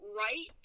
right